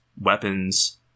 weapons